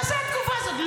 מה זו התגובה הזאת?